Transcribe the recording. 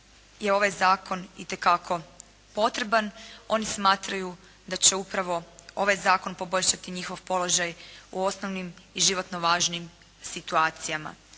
je ovaj zakon itekako potreban. Oni smatraju da će upravo ovaj zakon poboljšati njihov položaj u osnovnim i životno važnim situacijama,